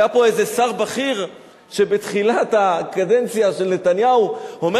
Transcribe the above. היה פה איזה שר בכיר שבתחילת הקדנציה של נתניהו אומר